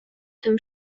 tym